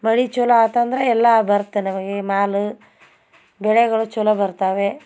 ಮಳೆ ಚಲೋ ಆಯ್ತಂದ್ರೆ ಎಲ್ಲ ಬರತ್ತೆ ನಮಗೆ ಮಾಲು ಬೆಳೆಗಳು ಚಲೋ ಬರ್ತವೆ